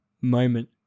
moment